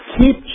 Keep